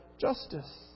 justice